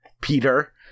Peter